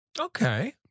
okay